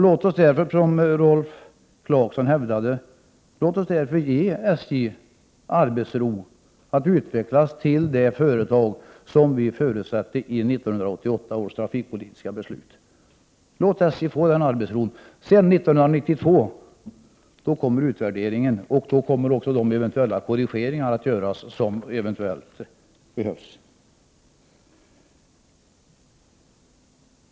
Låt oss därför, som Rolf Clarkson önskade, ge SJ arbetsro att utvecklas till det företag som riksdagen förutsatte i 1988 års trafikpolitiska beslut. Utvärderingen görs 1992, och då kommer också de eventuella Prot. 1988/89:106 korrigeringar som kan behövas att göras. Fru talman!